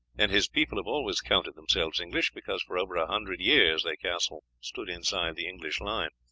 and his people have always counted themselves english, because for over a hundred years their castle stood inside the english line.